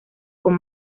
con